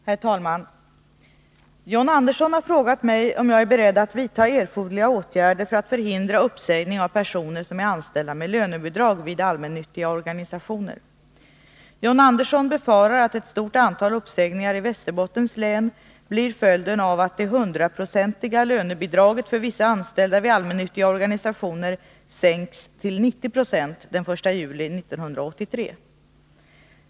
Herr talman! John Andersson har frågat mig om jag är beredd att vidta erforderliga åtgärder för att förhindra uppsägning av personer som är anställda med lönebidrag vid allmännyttiga organisationer. John Andersson befarar att ett stort antal uppsägningar i Västerbottens län blir följden av att det hundraprocentiga lönebidraget för vissa anställda vid allmännyttiga organisationer sänks till 90 76 den 1 juli 1983.